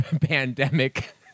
pandemic